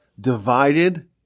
divided